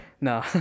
no